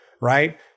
right